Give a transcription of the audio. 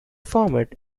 format